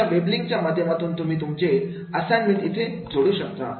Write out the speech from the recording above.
अशा web link च्या माध्यमातून तुम्ही तुमचे असाइन्मेंट इथे जोडू शकता